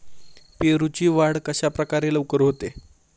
पेरूची वाढ कशाप्रकारे लवकर होते?